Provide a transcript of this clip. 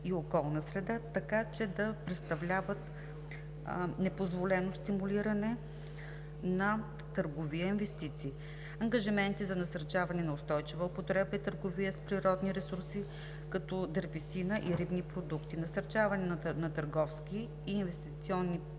и околна среда, така че да представляват непозволено стимулиране на търговия и инвестиции; ангажименти за насърчаване на устойчива употреба и търговия с природни ресурси, като дървесина и рибни продукти; насърчаване на търговски и инвестиционни практики